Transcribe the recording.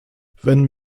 wenn